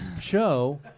show